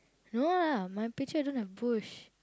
no lah my picture don't have bush